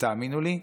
ותאמינו לי,